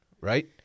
right